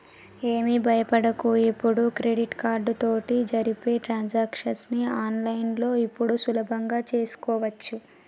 ఏమి భయపడకు ఇప్పుడు క్రెడిట్ కార్డు తోటి జరిపే ట్రాన్సాక్షన్స్ ని ఆన్లైన్లో ఇప్పుడు సులభంగా చేసుకోవచ్చు